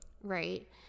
right